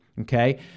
okay